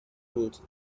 بود